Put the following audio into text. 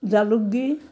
জালুক দি